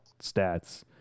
stats